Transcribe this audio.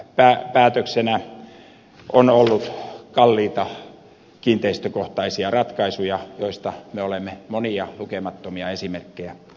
ministeriön päätöksestä on seurannut kalliita kiinteistökohtaisia ratkaisuja joista me olemme monia lukemattomia esimerkkejä kuulleet